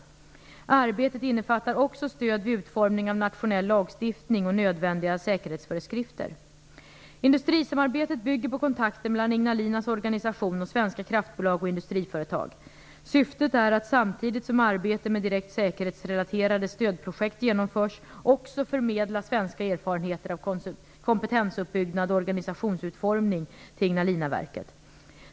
Arbetet innefattar också stöd vid utformning av nationell lagstiftning och nödvändinga säkerhetsföreskrifter. Industrisamarbetet bygger på kontakter mellan Ignalinas organisation och svenska kraftbolag och industriföretag. Syftet är att samtidigt som arbete med direkt säkerhetsrelaterade stödprojekt genomförs också förmedla svenska erfarenheter av kompetensuppbyggnad och organisationsutformning till Ignalinaverket.